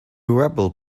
rebel